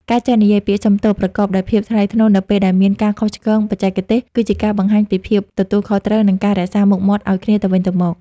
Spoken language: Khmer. ការចេះនិយាយពាក្យ "សុំទោស" ប្រកបដោយភាពថ្លៃថ្នូរនៅពេលដែលមានការខុសឆ្គងបច្ចេកទេស គឺជាការបង្ហាញពីភាពទទួលខុសត្រូវ និងការរក្សាមុខមាត់ឱ្យគ្នាទៅវិញទៅមក។